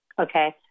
Okay